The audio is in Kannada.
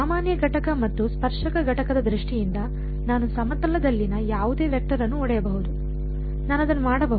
ಸಾಮಾನ್ಯ ಘಟಕ ಮತ್ತು ಸ್ಪರ್ಶಕ ಘಟಕದ ದೃಷ್ಟಿಯಿಂದ ನಾನು ಸಮತಲದಲ್ಲಿನ ಯಾವುದೇ ವೆಕ್ಟರ್ ಅನ್ನು ಒಡೆಯಬಹುದು ನಾನು ಅದನ್ನು ಮಾಡಬಹುದು